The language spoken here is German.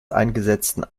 eingesetzten